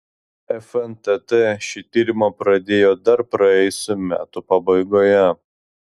fntt šį tyrimą pradėjo dar praėjusių metų pabaigoje